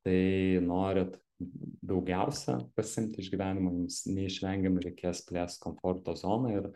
tai norit daugiausia pasiimti iš gyvenimo jums neišvengiamai reikės plėst komforto zoną ir